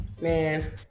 Man